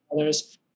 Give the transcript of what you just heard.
others